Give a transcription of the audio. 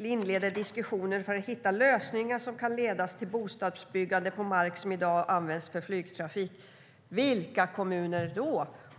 inleda diskussioner för att hitta lösningar som kan leda till bostadsbyggande på mark som i dag används för flygtrafik." Vilka kommuner gäller det?